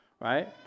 right